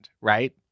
Right